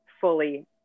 fully